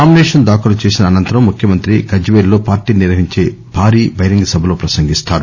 nomination దాఖలు చేసిన అనంతరం ముఖ్యమంత్రి గజ్వేల్ లో పార్టీ నిర్వహించే భారీ బహిరంగ సభ లో ప్రసంగిస్తారు